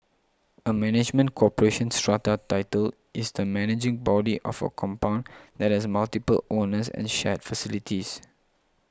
a management corporation strata title is the managing body of a compound that has multiple owners and shared facilities